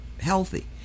healthy